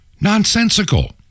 Nonsensical